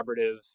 collaborative